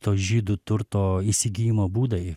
to žydų turto įsigijimo būdai